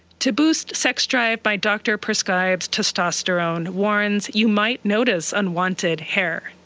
to boost sex drive, my doctor prescribes testosterone, warns you might notice unwanted hair.